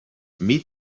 meet